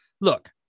Look